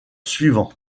suivant